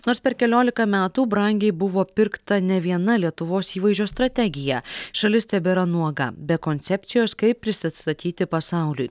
nors per keliolika metų brangiai buvo pirkta ne viena lietuvos įvaizdžio strategija šalis tebėra nuoga be koncepcijos kaip prisistatyti pasauliui